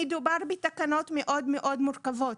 מדובר בתקנות מאוד מאוד מורכבות,